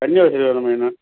தண்ணி வசதி வேணும் மெயினாக